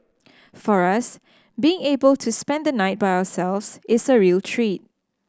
for us being able to spend the night by ourselves is a real treat